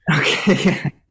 Okay